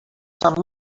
some